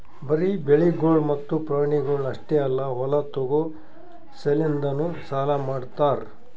ಬರೀ ಬೆಳಿಗೊಳ್ ಮತ್ತ ಪ್ರಾಣಿಗೊಳ್ ಅಷ್ಟೆ ಅಲ್ಲಾ ಹೊಲ ತೋಗೋ ಸಲೆಂದನು ಸಾಲ ಮಾಡ್ತಾರ್